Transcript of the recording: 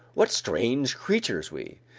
what strange creatures we!